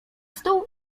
stół